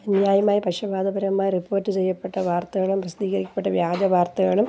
അന്യായമായി പക്ഷപാതപരമായും റിപ്പോർട്ട് ചെയ്യപ്പെട്ട വാർത്തകളും പ്രസിദ്ധീകരിക്കപ്പെട്ട വ്യാജ വാർത്തകളും